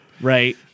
Right